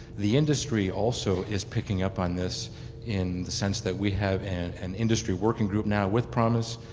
the industry also is picking up on this in the sense that we have an an industry working group now with promis,